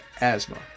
asthma